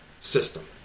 system